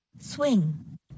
Swing